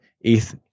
ETH